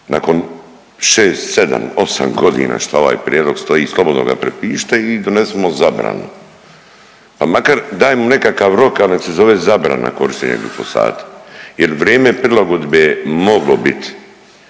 nakon 6, 7, 8.g. šta ovaj prijedlog stoji i slobodno ga prepišite i donesimo zabranu, pa makar dajmo mu nekakav rok, al nek se zove zabrana korištenja glifosata jer vrijeme prilagodbe je moglo bit.